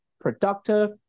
productive